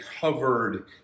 covered